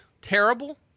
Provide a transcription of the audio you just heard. terrible